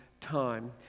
time